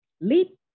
leap